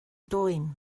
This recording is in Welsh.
dwym